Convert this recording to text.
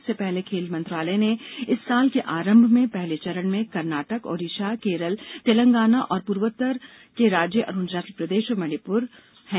इससे पहले खेल मंत्रालय ने इस साल के आरंभ में पहले चरण में कर्नाटक ओडीशा केरलतेलंगाना और पूर्वोत्तर के राज्य अरूणाचल प्रदेश मणिपुर है